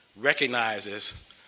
recognizes